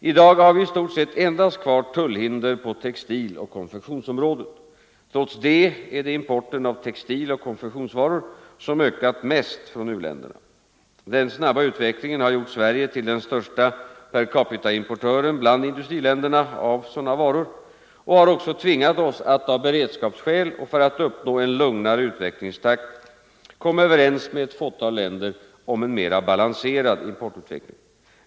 I dag har vi i stort sett endast kvar tullhinder på textiloch konfektionsområdet. Trots detta är det importen av textiloch konfektionsvaror som ökat mest från u-länderna. Den snabba utvecklingen har gjort Sverige till den största per capita-importören bland industriländerna av — Nr 131 sådana varor och har också tvingat oss att av beredskapsskäl och för Fredagen den att uppnå en lugnare utvecklingstakt komma överens med ett fåtal länder 29 november 1974 om en mera balanserad importutveckling.